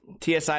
TSI